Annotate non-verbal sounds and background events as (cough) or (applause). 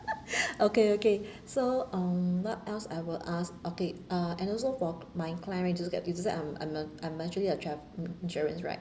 (laughs) (breath) okay okay so um what else I will ask okay uh and also for my it's just that it's just that I'm I'm a I'm actually a tra~ insurance right